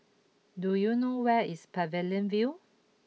do you know where is Pavilion View